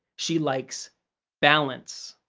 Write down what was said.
she likes balance.